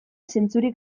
zentzurik